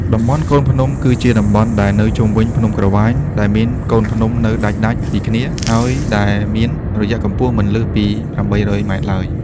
តំបន់កូនភ្នំ គឺជាតំបន់ដែលនៅជុំវិញភ្នំក្រវាញ ដែលមានកូនភ្នំ នៅដាច់ៗពីគ្នា ហើយដែលមានរយៈកំពស់មិនលើសពី ៨០០ ម៉ែត្រឡើយ ។